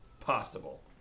possible